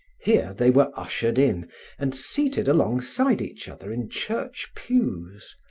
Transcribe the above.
here they were ushered in and seated alongside each other in church pews,